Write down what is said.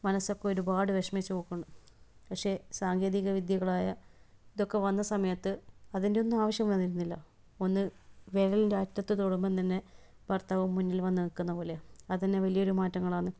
മനസ്സൊക്കെ ഒരുപാട് വിഷമിച്ചോക്കണ് പക്ഷേ സാങ്കേതിക വിദ്യകളായ ഇതൊക്കെ വന്ന സമയത്ത് അതിന്റെയൊന്നും ആവശ്യം വന്നിരുന്നില്ല ഒന്ന് വിരലിന്റെ അറ്റത്ത് തൊടുമ്പം തന്നെ ഭര്ത്താവ് മുന്നില് വന്ന് നിൽക്കുന്നതുപോലെയാണ് അത് തന്നെ വലിയൊരു മാറ്റങ്ങളാണ്